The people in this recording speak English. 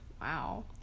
Wow